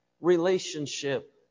relationship